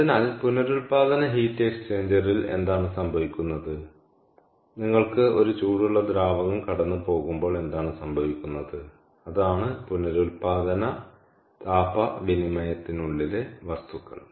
അതിനാൽ പുനരുൽപ്പാദന ഹീറ്റ് എക്സ്ചേഞ്ചറിൽ എന്താണ് സംഭവിക്കുന്നത് നിങ്ങൾക്ക് ഒരു ചൂടുള്ള ദ്രാവകം കടന്നുപോകുമ്പോൾ എന്താണ് സംഭവിക്കുന്നത് അതാണ് പുനരുൽപ്പാദന താപ വിനിമയത്തിനുള്ളിലെ വസ്തുക്കൾ